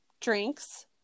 drinks